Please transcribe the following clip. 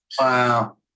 Wow